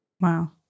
Wow